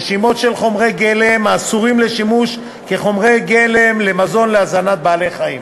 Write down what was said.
רשימות של חומרי גלם האסורים לשימוש כחומרי גלם למזון להזנת בעלי-חיים